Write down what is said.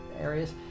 areas